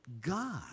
God